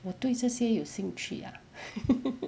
我对这些有兴趣 lah